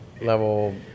level